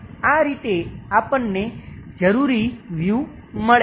આ રીતે આપણને જરૂરી વ્યૂ મળે છે